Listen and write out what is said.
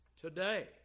today